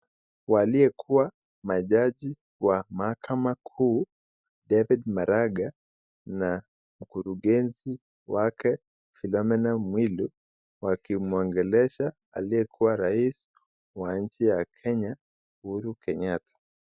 Waliyekuwa majaji wa mahakama kuu David Maraga na mkurungeze make Philomena mwilu, wakimuongelesha aliyekuwa rais wa nchi wa kenya Uhuru Kenyatta.